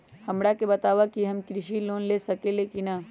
हमरा के बताव कि हम कृषि लोन ले सकेली की न?